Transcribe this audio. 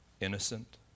innocent